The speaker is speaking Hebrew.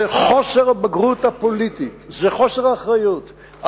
זה חוסר הבגרות הפוליטית, זה חוסר האחריות.